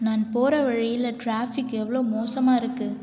நான் போகிற வழியில் டிராஃபிக் எவ்வளோ மோசமாக இருக்கு